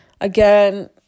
again